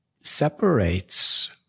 separates